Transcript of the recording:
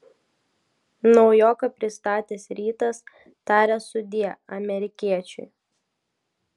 naujoką pristatęs rytas taria sudie amerikiečiui